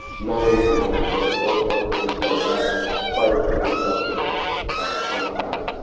nine were known, so or, er, i'm sorry, had prior criminal justice contact